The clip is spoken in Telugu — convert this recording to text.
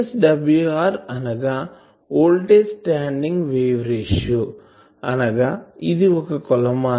VSWR అనగా ఇది ఒక కొలమానం